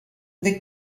the